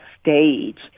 stage